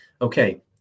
okay